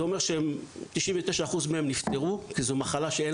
זה אומר ש-99% מהם נפטרו כי זו מחלה שאין